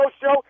show